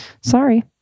Sorry